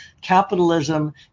capitalism